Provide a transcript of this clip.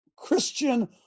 Christian